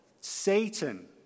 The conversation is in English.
Satan